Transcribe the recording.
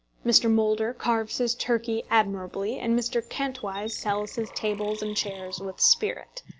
mr. moulder carves his turkey admirably, and mr. kantwise sells his tables and chairs with spirit.